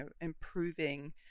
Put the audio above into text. improving